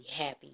happy